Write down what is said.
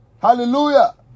Hallelujah